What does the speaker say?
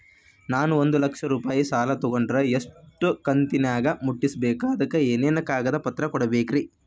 ನಾನು ಒಂದು ಲಕ್ಷ ರೂಪಾಯಿ ಸಾಲಾ ತೊಗಂಡರ ಎಷ್ಟ ಕಂತಿನ್ಯಾಗ ಮುಟ್ಟಸ್ಬೇಕ್, ಅದಕ್ ಏನೇನ್ ಕಾಗದ ಪತ್ರ ಕೊಡಬೇಕ್ರಿ?